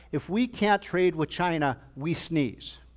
if we can't trade with china, we sneeze.